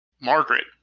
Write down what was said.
margaret